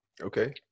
Okay